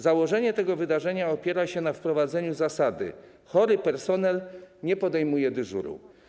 Założenie tego wydarzenia opiera się na wprowadzeniu zasady: chory personel nie podejmuje dyżuru.